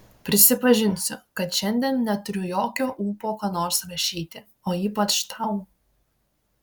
prisipažinsiu kad šiandien neturiu jokio ūpo ką nors rašyti o ypač tau